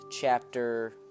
chapter